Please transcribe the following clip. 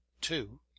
two